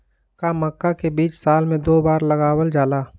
का मक्का के बीज साल में दो बार लगावल जला?